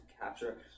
capture